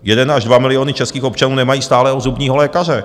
Jeden až dva miliony českých občanů nemají stálého zubního lékaře.